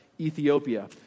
Ethiopia